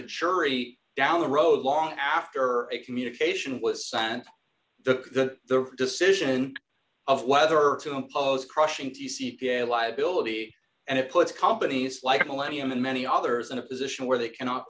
surety down the road long after a communication was sent the decision of whether to impose crushing t c p a liability and it puts companies like millennium and many others in a position where they cannot